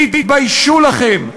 תתביישו לכם.